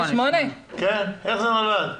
כן, איך זה נולד?